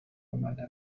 اومدم